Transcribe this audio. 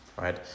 right